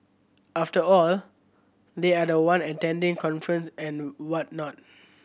after all they are the one attending conferences and whatnot